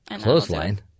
Clothesline